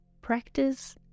practice